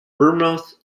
bournemouth